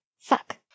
Fuck